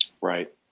Right